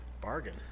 Bargain